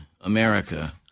America